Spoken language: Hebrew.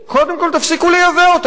קודם כול תפסיקו לייבא אותם.